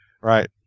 right